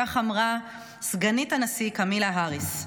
כך אמרה סגנית הנשיא קמלה האריס.